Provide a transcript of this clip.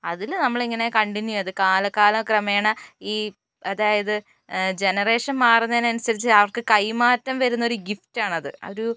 അതിൽ നമ്മളിങ്ങനെ കണ്ടിന്യു ചെയ്ത് കാല കാലക്രമേണ ഈ അതായത് ജനറേഷൻ മാറുന്നതിനനുസരിച്ച് അവർക്ക് കൈമാറ്റം വരുന്നൊരു ഗിഫ്റ്റ് ആണത് ഒരു